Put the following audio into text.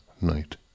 night